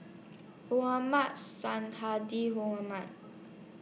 Mohmad Sonhadji